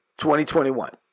2021